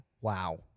Wow